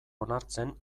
onartzen